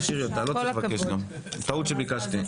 לא נבטל את הרביזיה, טעות שביקשתי.